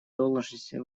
должностей